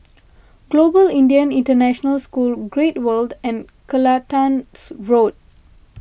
Global Indian International School Great World and Kelantan Road